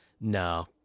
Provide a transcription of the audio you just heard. no